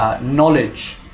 Knowledge